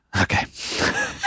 Okay